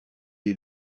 est